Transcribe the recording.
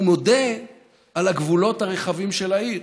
הוא מודה על הגבולות הרחבים של העיר,